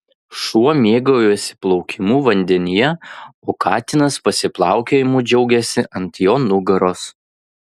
šuo mėgaujasi plaukimu vandenyje o katinas pasiplaukiojimu džiaugiasi ant jo nugaros